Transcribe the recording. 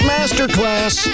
Masterclass